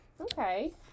okay